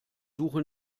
suche